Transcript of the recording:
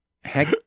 Heck